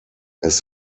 most